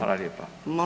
Fala lijepa.